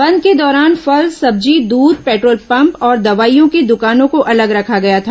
बंद के दौरान फल सब्जी दूध पेट्रोल पम्प और दवाइयों की दुकानों को अलग रखा गया था